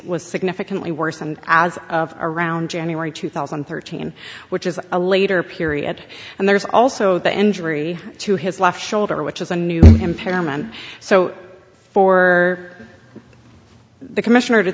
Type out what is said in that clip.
was significantly worse and as of around january two thousand and thirteen which is a later period and there's also the injury to his left shoulder which is a new impairment so for the commissioner to